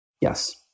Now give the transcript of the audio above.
Yes